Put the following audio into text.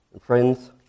Friends